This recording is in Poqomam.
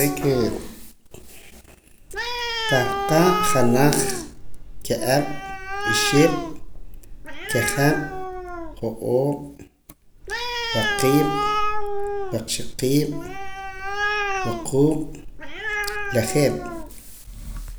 re' que tah qa' janaj ka'ab' oxib' ka'jab' jo'oob' waqiib' waqxaqiib' wuquub' lajeeb'.